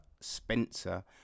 Spencer